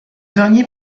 dernier